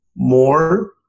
more